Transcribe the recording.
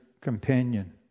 companion